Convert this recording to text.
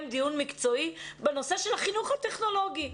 דיון מקצועי בנושא של החינוך הטכנולוגי,